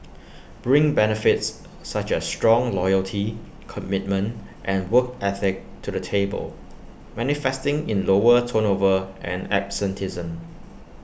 bring benefits such as strong loyalty commitment and work ethic to the table manifesting in lower turnover and absenteeism